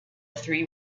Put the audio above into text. three